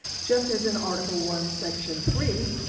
just as and article one section three,